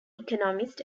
economist